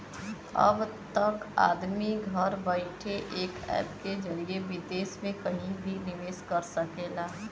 अब त आदमी घर बइठे एक ऐप के जरिए विदेस मे कहिं भी निवेस कर सकेला